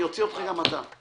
אני אוציא גם אותך.